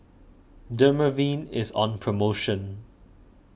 Dermaveen is on promotion